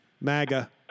maga